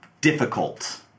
difficult